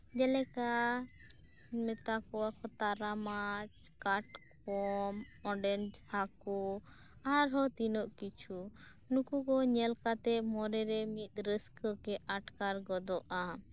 ᱡᱮᱞᱮᱠᱟ ᱢᱮᱛᱟᱠᱚᱣᱟᱠᱚ ᱛᱟᱨᱟ ᱢᱟᱪᱷ ᱠᱟᱴᱠᱚᱢ ᱚᱸᱰᱮᱱ ᱦᱟᱠᱳ ᱟᱨᱦᱚᱸ ᱛᱤᱱᱟᱹᱜ ᱠᱤᱪᱷᱩ ᱱᱩᱠᱩ ᱠᱚ ᱧᱮᱞ ᱠᱟᱛᱮᱫ ᱢᱚᱱᱮᱨᱮ ᱢᱤᱫ ᱨᱟᱹᱥᱠᱟᱹᱜᱮ ᱟᱴᱠᱟᱨ ᱜᱚᱫᱚᱜᱼᱟ